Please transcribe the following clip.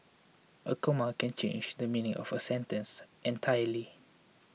a comma can change the meaning of a sentence entirely